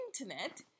internet